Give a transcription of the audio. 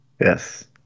Yes